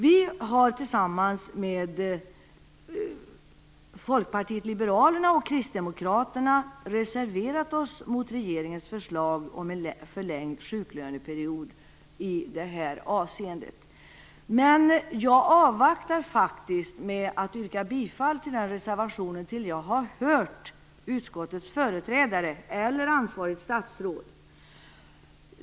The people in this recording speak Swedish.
Vi har tillsammans med Folkpartiet liberalerna och Kristdemokraterna reserverat oss mot regeringens förslag om en förlängd sjuklöneperiod i det här avseendet. Men jag avvaktar faktiskt med att yrka bifall till denna reservation tills jag har hört utskottets företrädare eller ansvarigt statsråd.